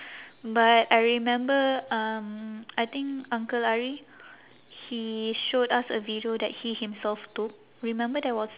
but I remember um I think uncle ari he showed us a video that he himself took remember there was